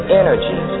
energy